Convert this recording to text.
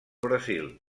brasil